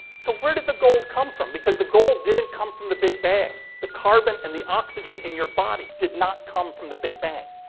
so, where did the gold come from? because the gold didn't come from the big bang. the carbon and the oxygen in your body did not come from the big bang.